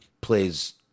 plays